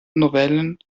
novellen